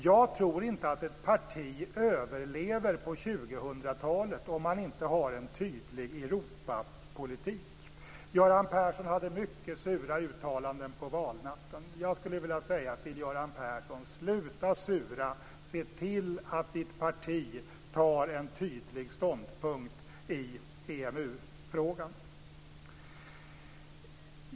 Jag tror inte att ett parti överlever på 2000-talet om man inte har en tydlig Europapolitik. Göran Persson kom med mycket sura uttalanden på valnatten. Jag skulle vilja säga till Göran Persson: Sluta sura! Se till att ditt parti tar en tydlig ståndpunkt i EMU-frågan!